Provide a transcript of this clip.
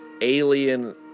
alien